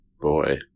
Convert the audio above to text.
Boy